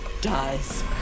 dies